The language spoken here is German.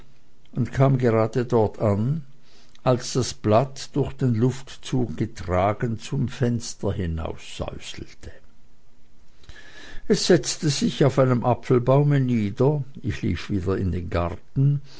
und kam gerade dort an als das blatt durch den luftzug getragen zum fenster hinaussäuselte es setzte sich auf einem apfelbaume nieder ich lief wieder in den garten